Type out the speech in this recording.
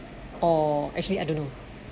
or actually I don't know